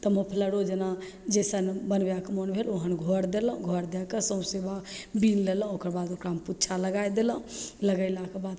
तऽ मोफलरो जेना जइसन बनबैके मोन भेल ओहन घर देलहुँ घर दैके सौँसे वहाँ बिनि लेलहुँ ओकरबाद ओकरामे पुच्छा लगै देलहुँ लगेलाक बाद